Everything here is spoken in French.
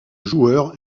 joueur